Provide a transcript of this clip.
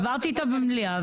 דיברתי איתה במליאה.